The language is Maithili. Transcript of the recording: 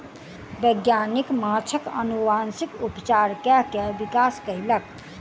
वैज्ञानिक माँछक अनुवांशिक उपचार कय के विकास कयलक